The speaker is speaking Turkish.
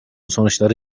sonuçları